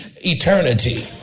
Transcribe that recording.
eternity